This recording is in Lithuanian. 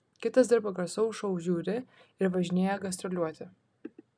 kitas dirba garsaus šou žiuri ir važinėja gastroliuoti